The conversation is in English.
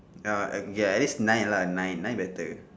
ya okay K at least nine lah nine nine better